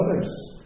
others